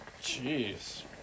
Jeez